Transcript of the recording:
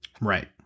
Right